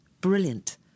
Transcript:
brilliant